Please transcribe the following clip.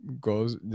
goes